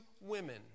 women